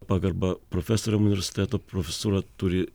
pagarba profesoriam universiteto profesūra turi